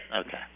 Okay